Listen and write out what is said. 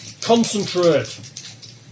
Concentrate